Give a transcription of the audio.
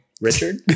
Richard